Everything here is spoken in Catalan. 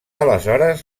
aleshores